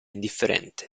indifferente